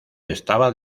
estaba